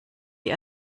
die